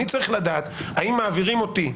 אני צריך לדעת האם מעבירים אותי,